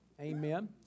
amen